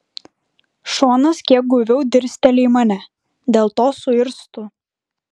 šonas kiek guviau dirsteli į mane dėl to suirztu